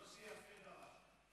יוסי, יפה דרשת.